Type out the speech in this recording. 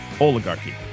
Oligarchy